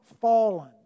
fallen